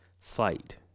site